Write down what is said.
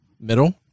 middle